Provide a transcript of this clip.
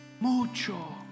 mucho